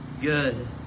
good